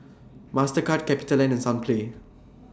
Mastercard CapitaLand and Sunplay